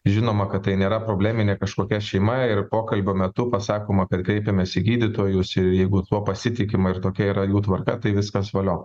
žinoma kad tai nėra probleminė kažkokia šeima ir pokalbio metu pasakoma kad kreipėmės į gydytojus ir jeigu tuo pasitikima ir tokia yra jų tvarka tai viskas valio